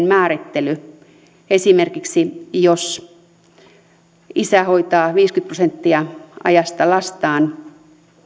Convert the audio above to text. määrittelyä esimerkiksi jos isä hoitaa viisikymmentä prosenttia ajasta lastaan